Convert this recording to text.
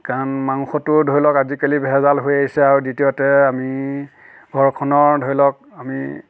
কাৰণ মাংসটো ধৰি লওক আজিকালি ভেজাল হৈ আহিছে আৰু দ্বিতীয়তে আমি ঘৰখনৰ ধৰি লওক আমি